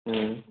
हम्म